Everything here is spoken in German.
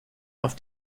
auf